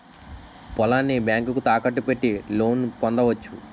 పొలాన్ని బ్యాంకుకు తాకట్టు పెట్టి లోను పొందవచ్చు